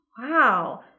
wow